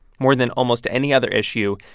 more than almost any other issue,